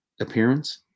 appearance